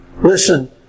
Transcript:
Listen